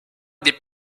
des